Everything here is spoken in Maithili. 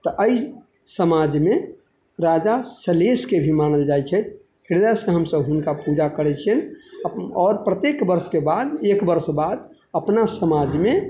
तऽ एहि समाजमे राजा सलहेशके भी मानल जाइ छै हृदयसँ हमसब हुनका पूजा करै छिअनि आओर प्रत्येक वर्षके बाद एक वर्ष बाद अपना समाजमे